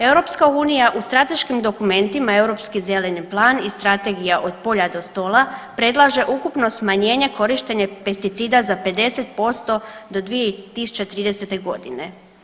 EU u strateškim dokumentima Europski zeleni plan i Strategija od polja do stola predlaže ukupno smanjenje korištenja pesticida za 50% do 2030.g.